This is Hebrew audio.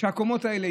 שהקומות האלה,